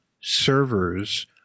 servers